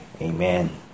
Amen